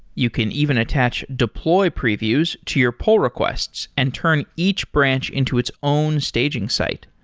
you can even attach deploy previews to your poll requests and turn each branch into its own staging site.